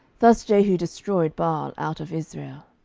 thus jehu destroyed baal out of israel.